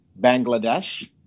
Bangladesh